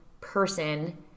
person